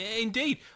Indeed